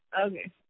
Okay